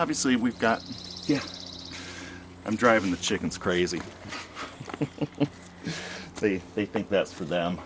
obviously we've got yes i'm driving the chickens crazy in the they think that's for them